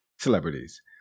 celebrities